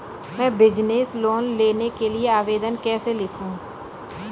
मैं business loan के लिए आवेदन कैसे लिखूँ?